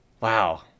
Wow